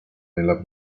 nella